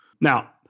Now